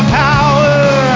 power